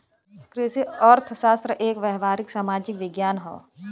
कृषि अर्थशास्त्र एक व्यावहारिक सामाजिक विज्ञान हौ